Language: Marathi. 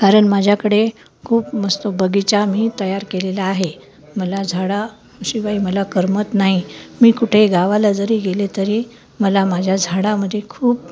कारण माझ्याकडे खूप मस्त बगीचा मी तयार केलेला आहे मला झाडाशिवाय मला करमत नाही मी कुठे गावाला जरी गेले तरी मला माझ्या झाडामध्ये खूप